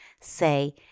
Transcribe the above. say